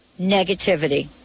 negativity